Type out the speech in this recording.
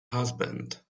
husband